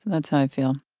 that's how i feel.